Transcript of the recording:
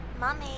Mummy